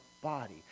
body